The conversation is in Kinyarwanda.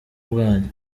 bwanyu